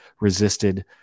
resisted